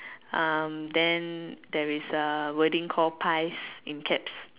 um then there is a wording called pies in caps